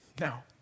Now